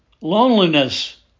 Loneliness